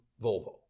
Volvo